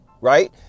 Right